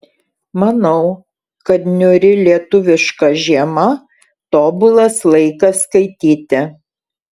manau kad niūri lietuviška žiema tobulas laikas skaityti